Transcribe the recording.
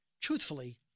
Truthfully